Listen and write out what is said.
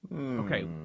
Okay